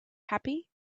happy